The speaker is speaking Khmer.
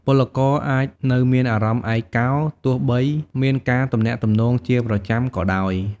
ពលករអាចនៅមានអារម្មណ៍ឯកោ ទោះបីមានការទំនាក់ទំនងជាប្រចាំក៏ដោយ។